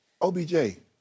OBJ